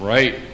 Right